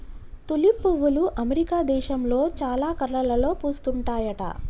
tulip పువ్వులు America దేశంలో చాలా కలర్లలో పూస్తుంటాయట